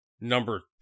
number